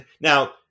now